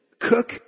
cook